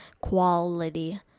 quality